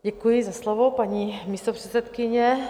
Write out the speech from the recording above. Děkuji za slovo, paní místopředsedkyně.